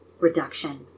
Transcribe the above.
reduction